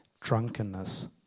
drunkenness